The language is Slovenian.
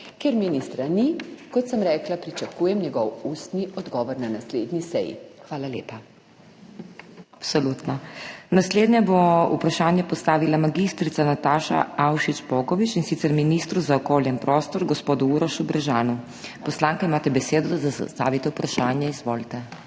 Ker ministra ni, kot sem rekla, pričakujem njegov ustni odgovor na naslednji seji. Hvala lepa. **PODPREDSEDNICA MAG. MEIRA HOT:** Absolutno. Naslednja bo vprašanje postavila mag. Nataša Avšič Bogovič, in sicer ministru za okolje in prostor, gospodu Urošu Brežanu. Poslanka, imate besedo, da zastavite vprašanje. Izvolite.